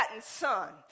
son